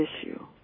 issue